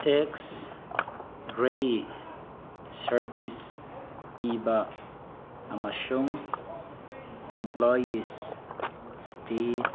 X ray service ꯄꯤꯕ ꯑꯃꯁꯨꯡ employees state